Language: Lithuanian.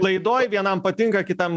laidoj vienam patinka kitam